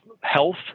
health